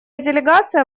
делегация